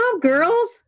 girls